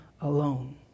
alone